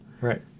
Right